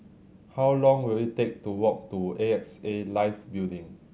how long will it take to walk to A X A Life Building